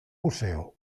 museo